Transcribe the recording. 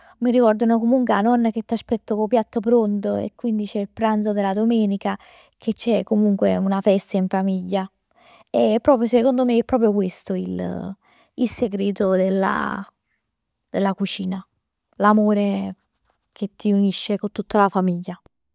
M'arricordano comunque 'a nonna che t'aspetta cu 'o piatto pronto e quindi c'è 'o pranzo d' 'a domenica. Che c'è comunque 'na festa in famiglia. E proprio secondo me, è proprio questo il il segreto della della cucina. L'amore che ti unisce con tutta la famiglia.